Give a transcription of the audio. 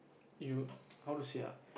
you how to say ah